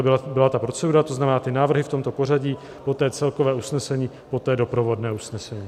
To byla procedura, to znamená návrhy v tomto pořadí, poté celkové usnesení, poté doprovodné usnesení.